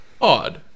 odd